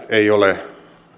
ei ole